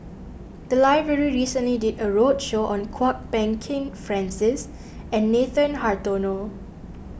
the library recently did a roadshow on Kwok Peng Kin Francis and Nathan Hartono